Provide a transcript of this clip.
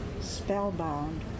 spellbound